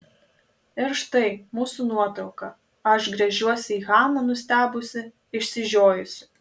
ir štai mūsų nuotrauka aš gręžiuosi į haną nustebusi išsižiojusi